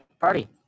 party